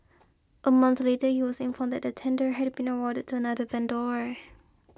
a month later he was informed that the tender had been awarded to another vendor